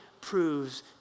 proves